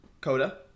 Coda